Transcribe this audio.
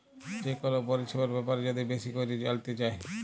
যে কল পরিছেবার ব্যাপারে যদি বেশি ক্যইরে জালতে চায়